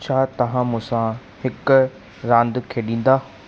छा तव्हां मूं सां हिकु रांदि खेॾंदा